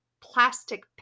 plastic